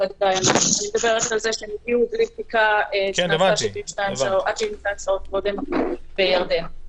אני מדברת על זה שהם הגיעו בלי בדיקה שנערכה עד 72 שעות לפני כן בירדן.